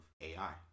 AI